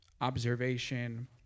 Observation